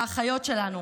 לאחיות שלנו,